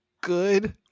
good